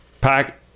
Pack